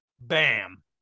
Bam